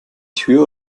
tür